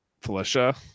Felicia